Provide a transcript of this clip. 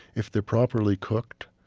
if they're properly cooked,